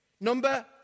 Number